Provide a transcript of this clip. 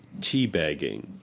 teabagging